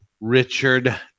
Richard